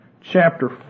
chapter